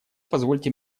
позвольте